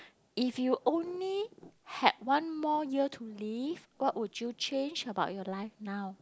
if you only had one more year to live what would you change about your life now